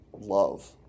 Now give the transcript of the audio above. love